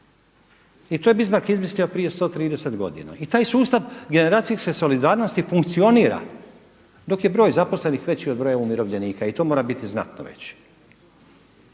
i to je Bismarck izmislio prije 130 godina. I taj sustav generacijske solidarnosti funkcionira dok je broj zaposlenih veći od broja umirovljenika i to mora biti znatno veći.